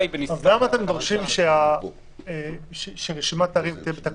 למה אתם דורשים שרשימת הערים תהיה בתקנות?